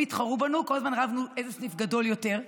הם התחרו בנו, כל הזמן רבנו איזה סניף גדול יותר,